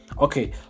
okay